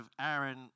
Aaron